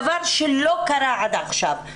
דבר שלא קרה עד עכשיו.